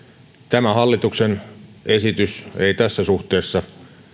tämä hallituksen esitys ei tässä suhteessa